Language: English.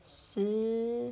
十